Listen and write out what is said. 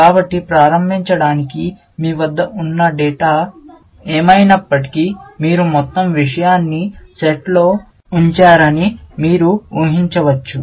కాబట్టి ప్రారంభించడానికి మీ వద్ద ఉన్న డేటా ఏమైనప్పటికీ మీరు మొత్తం విషయాన్ని నెట్లో ఉంచారని మీరు ఊహించవచ్చు